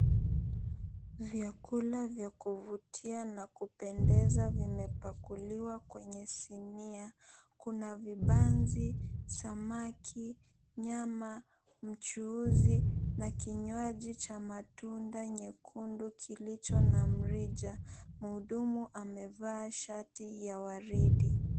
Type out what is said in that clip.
Vyakula vya kuvutia na kupendeza vimepakuliwa kwenye sinia. Kuna vibanzi, samaki, nyama, mchuuzi na kinywaji cha matunda nyekundu kilicho na mrija. Mhudumu amevaa shati ya waridi.